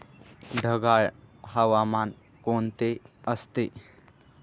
ढगाळ हवामान कोणते असते?